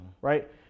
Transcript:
right